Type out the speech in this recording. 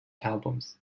albums